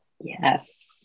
yes